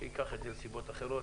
שייקח את זה לסיבות אחרות